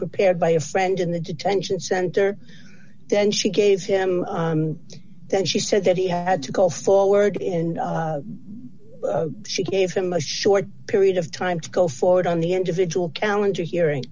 prepared by a friend in the detention center then she gave him then she said that he had to go forward and she gave him a short period of time to go forward on the individual calendar hearing